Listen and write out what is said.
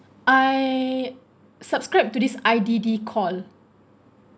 I subscribe to this I_D_D call